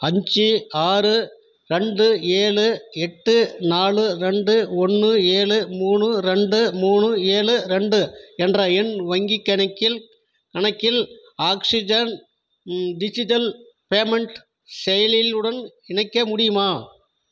அஞ்சு ஆறு ரெண்டு ஏழு எட்டு நாலு ரெண்டு ஒன்று ஏழு மூணு ரெண்டு மூணு ஏழு ரெண்டு என்ற என் வங்கிக் கணக்கில் கணக்கில் ஆக்ஸிஜன் டிஜிட்டல் பேமென்ட் செயலியுடன் இணைக்க முடியுமா